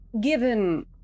given